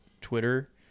Twitter